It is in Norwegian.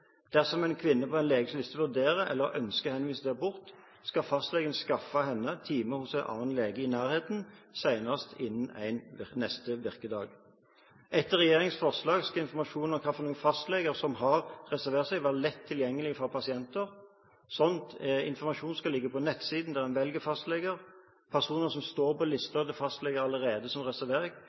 Dersom en kvinne på en leges liste vurderer eller ønsker henvisning til abort, skal fastlegen skaffe henne time hos en annen lege i nærheten – senest innen neste virkedag. Etter regjeringens forslag skal informasjon om hvilke fastleger som har reservert seg, være lett tilgjengelig for pasienter. Slik informasjon skal ligge på nettsiden der en velger fastleger. Personer som står på listen til en fastlege som allerede